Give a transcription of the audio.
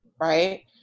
right